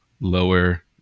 lower